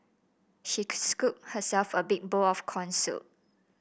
she scooped herself a big bowl of corn soup